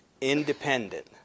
independent